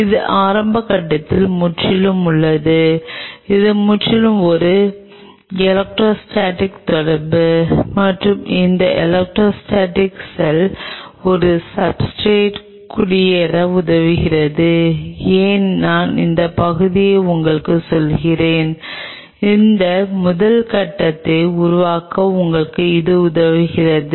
இது ஆரம்ப கட்டங்களில் முற்றிலும் உள்ளது இது முற்றிலும் ஒரு எலெக்ட்ரோஸ்டாடிக் தொடர்பு மற்றும் இந்த எலெக்ட்ரோஸ்டாடிக் செல் ஒரு சப்ஸ்ர்டேட் குடியேற உதவுகிறது ஏன் நான் இந்த பகுதியை உங்களுக்கு சொல்கிறேன் அந்த முதல் கட்டத்தை உருவாக்க உங்களுக்கு இது உதவுகிறது